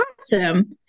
Awesome